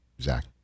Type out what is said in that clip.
Zach